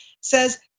says